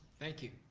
thank you.